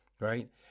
right